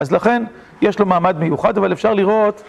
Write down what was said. אז לכן יש לו מעמד מיוחד אבל אפשר לראות